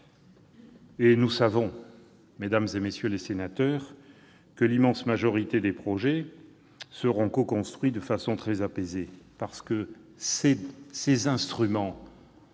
nous le savons, mesdames, messieurs les sénateurs, l'immense majorité des projets seront coconstruits de façon très apaisée, parce que ces instruments